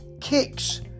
kicks